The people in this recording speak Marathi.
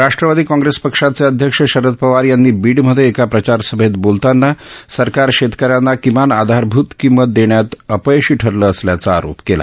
राष्ट्रवादी काँग्रेसपक्षाचे अध्यक्ष शरद पवार यांनी बीडमध्ये एका प्रचारसभेत बोलतांना सरकार शेतकऱ्यांना किमान आधारभूत किंमत देण्यात अपयशी ठरलं असल्याचा आरोप केला